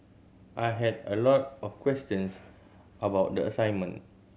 I had a lot of questions about the assignment